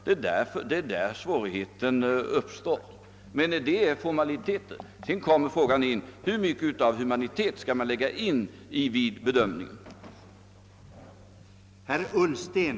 Det är på den punkten svårigheter har uppstått. Detta är formaliteter; sedan uppställer sig frågan om hur mycket av humanitet man skall lägga in vid bedömningen.